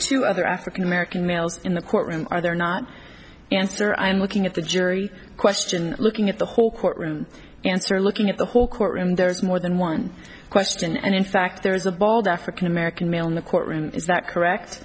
two other african american males in the courtroom are there not answer i'm looking at the jury question looking at the whole courtroom answer looking at the whole courtroom there is more than one question and in fact there is a bald african american male in the courtroom is that correct